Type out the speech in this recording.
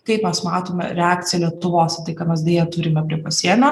kaip mes matome reakciją lietuvos į tai ką mes deja turime pasienio